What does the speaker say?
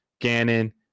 Gannon